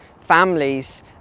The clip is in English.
families